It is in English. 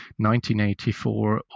1984